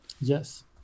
yes